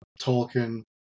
Tolkien